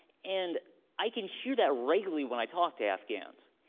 and i can hear that regularly when i talk to afghans,